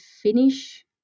finish